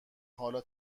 حالا